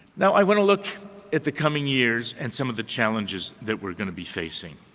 now, i want to look at the coming years and some of the challenges that we're going to be facing.